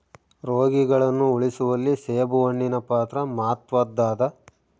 ರೋಗಿಗಳನ್ನು ಉಳಿಸುವಲ್ಲಿ ಸೇಬುಹಣ್ಣಿನ ಪಾತ್ರ ಮಾತ್ವದ್ದಾದ